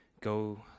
go